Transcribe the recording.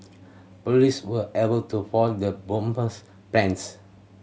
police were able to foil the bomber's plans